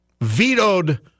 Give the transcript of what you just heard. vetoed